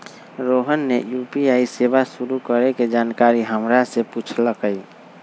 रोहन ने यू.पी.आई सेवा शुरू करे के जानकारी हमरा से पूछल कई